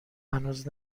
هنوز